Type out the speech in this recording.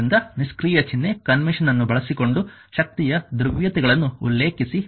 ಆದ್ದರಿಂದ ನಿಷ್ಕ್ರಿಯ ಚಿಹ್ನೆ ಕನ್ವೆನ್ಷನ್ ಅನ್ನು ಬಳಸಿಕೊಂಡು ಶಕ್ತಿಯ ಧ್ರುವೀಯತೆಗಳನ್ನು ಉಲ್ಲೇಖಿಸಿ